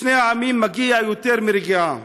לשני העמים מגיע יותר מרגיעה.